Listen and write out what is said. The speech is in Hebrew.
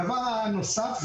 דבר נוסף,